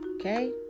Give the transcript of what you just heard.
Okay